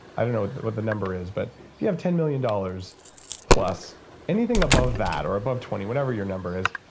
i don't know what the number is. but if you have ten million dollars dollars plus anything above that, or above twenty, whatever your number is,